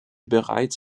bereits